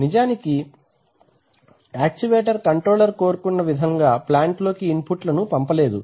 నిజానికి actuator controller కోరుకున్న విధంగా ప్లాంట్ లోకి ఇన్ పుట్ లను పంపలేదు